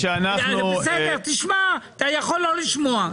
בסדר, תשמע, אתה יכול לא לשמוע.